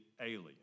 alien